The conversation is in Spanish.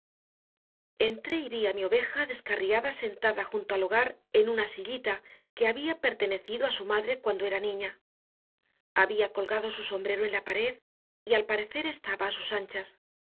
entré y vi a mi oveja descarriada sentada junto al hogar en una sillita que había pertenecido a su madre cuando era niña había colgado su sombrero en la pared y al parecer estaba a sus anchas